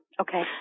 Okay